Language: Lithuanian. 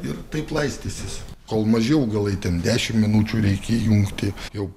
ir taip laistysis kol maži augalai ten dešimt minučių reikia įjungti jau